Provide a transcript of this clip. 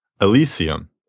Elysium